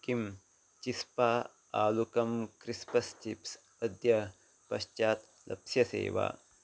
किं चिस्पा आलुकं क्रिस्पस् चिप्स् अद्य पश्चात् लप्स्यसे वा